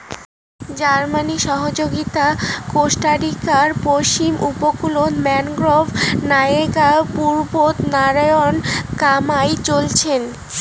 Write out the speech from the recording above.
জার্মানির সহযগীতাত কোস্টারিকার পশ্চিম উপকূলত ম্যানগ্রোভ নাগেয়া পুনর্বনায়নের কামাই চইলছে